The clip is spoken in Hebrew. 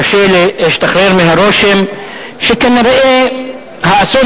אבל קשה להשתחרר מהרושם שכנראה האסון